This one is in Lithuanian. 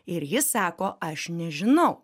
ir jis sako aš nežinau